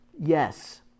Yes